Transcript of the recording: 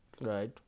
right